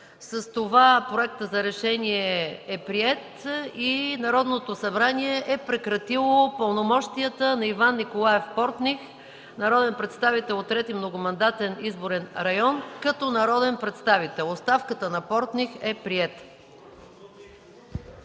С това проектът за решение е приет и Народното събрание е прекратило пълномощията на Иван Николаев Портних – народен представител от 3. многомандатен изборен район като народен представител. Оставката на Портних е приета.